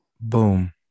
Boom